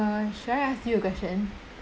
uh should I ask you a question